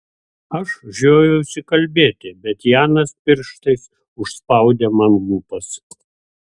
aš žiojausi kalbėti bet janas pirštais užspaudė man lūpas